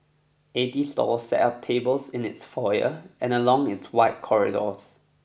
eighty stalls set up tables in its foyer and along its wide corridors